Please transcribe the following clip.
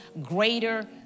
greater